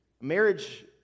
Marriage